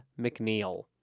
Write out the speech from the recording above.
McNeil